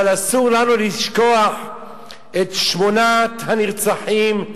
אבל אסור לנו לשכוח את שמונת הנרצחים,